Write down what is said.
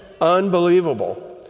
unbelievable